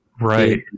right